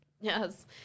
Yes